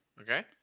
Okay